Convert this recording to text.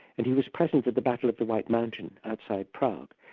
and he was present at the battle of the white mountain outside prague,